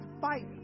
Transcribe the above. fight